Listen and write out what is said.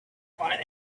find